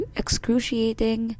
excruciating